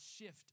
shift